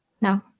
No